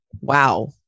wow